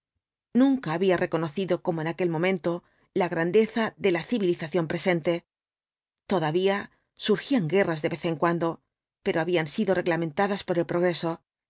nunca había reconocido como en aquel momento la grandeza de la civilización presente todavía surgían guerras de vez en cuando pero habían sido reglamentadas por el progreso